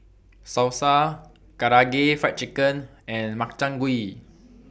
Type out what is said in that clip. Salsa Karaage Fried Chicken and Makchang Gui